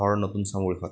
ঘৰ নতুন চামৰগুৰি সত্ৰত